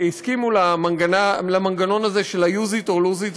שהסכימו למנגנון הזה של ה-use it or lose it.